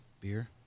Beer